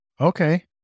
Okay